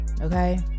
Okay